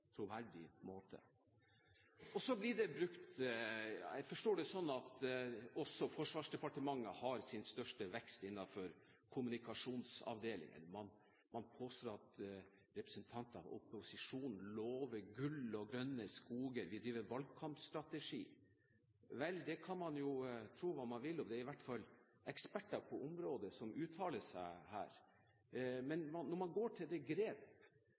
troverdig måte. Jeg forstår det slik at Forsvarsdepartementet har sin største vekst innenfor kommunikasjonsavdelingen. Man påstår at representanter fra opposisjonen lover gull og grønne skoger, og at vi driver valgkampstrategi. Vel, det kan man tro hva man vil om – det er i hvert fall eksperter på området som uttaler seg. Når man fra ledelsen i Forsvarsdepartementet går til det grep